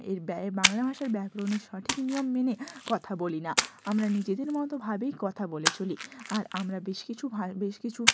এর বাংলা ভাষার ব্যকরণের সঠিক নিয়ম মেনে কথা বলি না আমরা নিজেদের মতো ভাবেই কথা বলে চলি আর আমরা বেশ কিছু বেশ কিছু